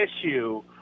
issue